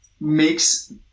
makes